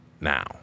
now